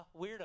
weirdo